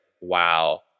wow